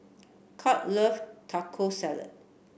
Kurt love Taco Salad